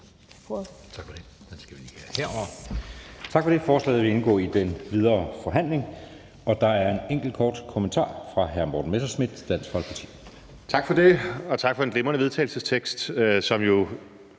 Tak for det.